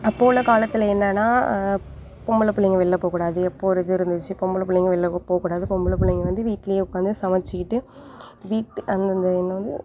அப்போது உள்ள காலத்தில் என்னன்னால் பொம்பளை பிள்ளைங்க வெளில போகக்கூடாது அப்போது ஒரு இது இருந்துச்சு பொம்பளை பிள்ளைங்க வெளில போகக்கூடாது பொம்பளை பிள்ளைங்க வந்து வீட்டிலையே உட்காந்து சமைச்சிக்கிட்டு வீட்டு அந்தந்த என்னது